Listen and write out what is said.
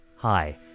Hi